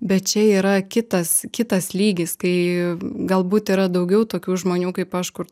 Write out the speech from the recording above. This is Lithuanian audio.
bet čia yra kitas kitas lygis kai galbūt yra daugiau tokių žmonių kaip aš kur